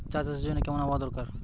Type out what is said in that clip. চা চাষের জন্য কেমন আবহাওয়া দরকার?